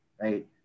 Right